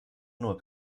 nur